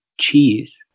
cheese